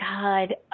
God